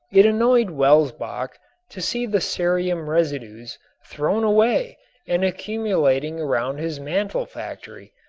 it annoyed welsbach to see the cerium residues thrown away and accumulating around his mantle factory,